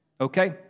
Okay